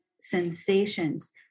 sensations